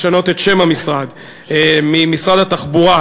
ממשרד התחבורה,